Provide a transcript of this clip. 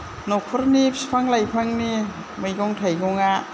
नखरनि फिफां लाइफांनि मैगं थाइगंआ